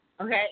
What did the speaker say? Okay